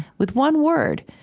with one word.